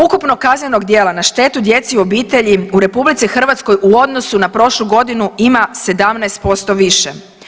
Ukupnog kaznenog djela na štetu djeci u obitelji u RH u odnosu na prošlu godinu ima 17% više.